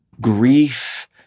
grief